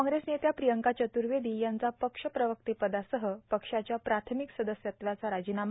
काँग्रेस नेत्या प्रियंका चतुर्वेदी यांचा पक्ष प्रवक्तेपदासह पक्षाच्या प्राथमिक सदस्यात्वाचा राजीनामा